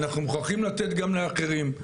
אנחנו מוכרחים לתת גם לאחרים,